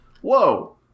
whoa